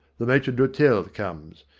the maitre d'hotel comes.